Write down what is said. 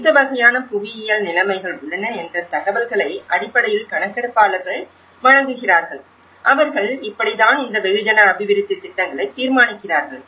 எந்த வகையான புவியியல் நிலைமைகள் உள்ளன என்ற தகவல்களை அடிப்படையில் கணக்கெடுப்பாளர்கள் வழங்குகிறார்கள் அவர்கள் இப்படி தான் இந்த வெகுஜனத்தை அபிவிருத்தி திட்டங்களை தீர்மானிக்கிறார்கள்